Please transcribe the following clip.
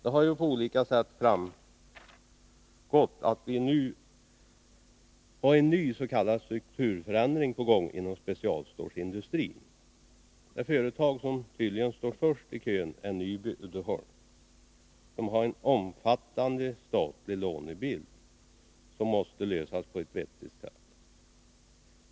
Det har på olika sätt framgått att vi nu har en nys.k. strukturförändring att vänta inom specialstålsindustrin. Det företag som tydligen står först i kön är Nyby Uddeholm, som har omfattande statliga lån som måste klaras på ett vettigt sätt.